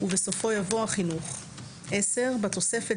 ובסופו יבוא "החינוך"; בתוספת,